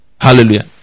Hallelujah